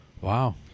Wow